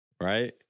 right